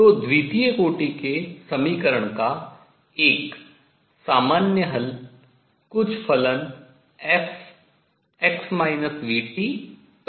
तो द्वितीय कोटि के समीकरण का एक सामान्य हल कुछ फलन fx vtgxvt है